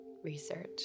research